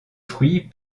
fruits